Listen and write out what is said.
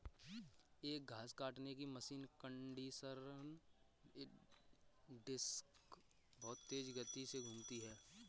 एक घास काटने की मशीन कंडीशनर की डिस्क बहुत तेज गति से घूमती है